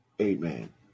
Amen